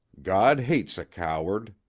god hates a coward.